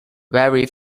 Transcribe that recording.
very